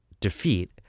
defeat